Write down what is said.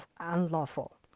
unlawful